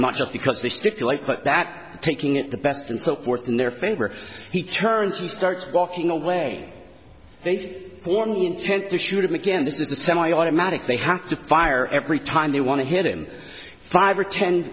of because they stipulate that taking it the best and so forth in their favor he turns to start walking away if for no intent to shoot him again this is a semiautomatic they have to fire every time they want to hit him five or ten